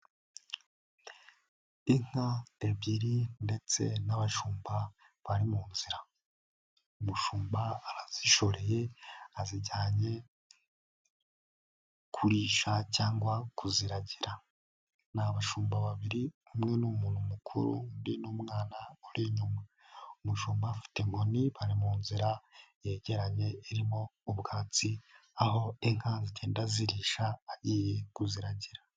Inka ebyiri ndetse n'abashumba bari mu nzira, umushumba arazishoreye azijyanye kurisha cyangwa kuziragira. Ni abashumba babiri, umwe ni umuntu mukuru, undi ni umwana uri inyuma. Umushumba afite inkoni bari mu nzira yegeranye irimo ubwatsi, aho inka zigenda zirisha agiye kuziragira.